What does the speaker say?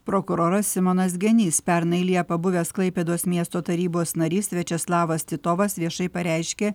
prokuroras simonas genys pernai liepą buvęs klaipėdos miesto tarybos narys viačeslavas titovas viešai pareiškė